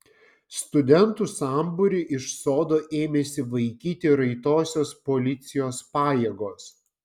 studentų sambūrį iš sodo ėmėsi vaikyti raitosios policijos pajėgos